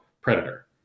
predator